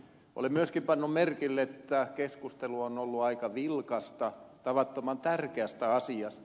olen myöskin pannut merkille että keskustelu on ollut aika vilkasta tavattoman tärkeästä asiasta